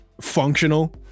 functional